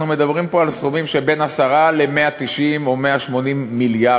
אנחנו מדברים פה על סכומים שבין 10 ל-190 או 180 מיליארד